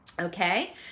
Okay